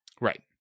right